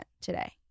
today